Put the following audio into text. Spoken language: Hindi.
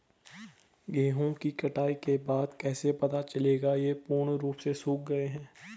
गेहूँ की कटाई के बाद कैसे पता चलेगा ये पूर्ण रूप से सूख गए हैं?